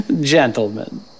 Gentlemen